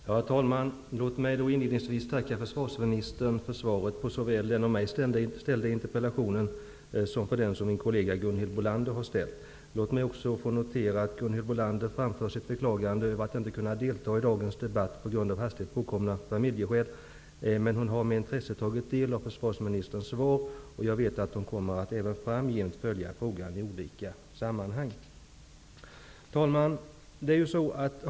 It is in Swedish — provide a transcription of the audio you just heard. Herr talman! Låt mig inledningsvis tacka försvarsministern för svaret på såväl den av mig ställda interpellationen som för den som min kollega Gunhild Bolander har ställt. Låt mig också få notera att Gunhild Bolander framför sitt beklagande över att hon på grund av hastigt påkomna familjeskäl inte kan delta i dagens debatt. Men hon har med intresse tagit del av försvarsministerns svar, och jag vet att hon kommer att även framgent följa frågan i olika sammanhang. Herr talman!